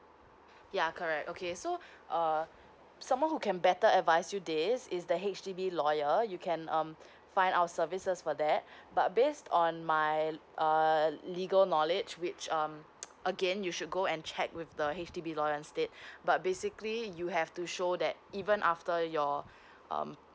ya correct okay so uh someone who can better advice you this is the H_D_B lawyer you can um find out services for that but based on my uh legal knowledge which um again you should go and check with the H_D_B lawyer instead but basically you have to show that even after your um